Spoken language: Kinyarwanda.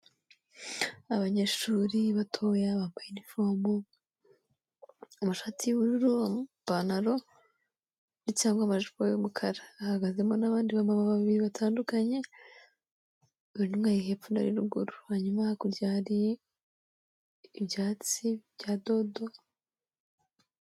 Abanyeshuri batoya bambaye inifomu, amashati y'ubururu, amapantaro, ndetse bamwe amajipo y'umukara. Hahagazemo n'abandi bamama babiri batandukanye, buri umwe ari hepfo undi ari rugo, hanyuma hakurya hari ibyatsi bya dodo.